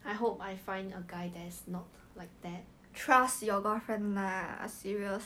okay but like but like basically the boyfriend is asking his parents to pay